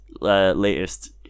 latest